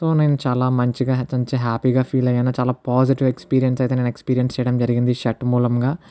so నేను చాలా మంచిగా ఏతంచ హ్యాపీ గా ఫీల్ అయ్యాను చాలా పాజిటివ్ ఎక్స్పీరియన్స్ అయితే నేను ఎక్స్పీరియన్స్ చేయడం జరిగింది షర్ట్ మూలంగా